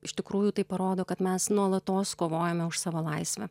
iš tikrųjų tai parodo kad mes nuolatos kovojame už savo laisvę